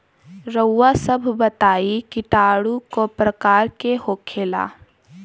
रउआ सभ बताई किटाणु क प्रकार के होखेला?